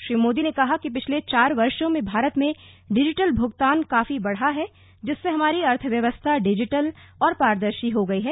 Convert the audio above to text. श्री मोदी ने कहा कि पिछले चार वर्षो में भारत में डिजिटल भुगतान काफी बढ़ा है जिससे हमारी अर्थव्यवस्था डिजिटल और पारदर्शी हो गई है